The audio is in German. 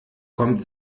kommt